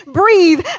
breathe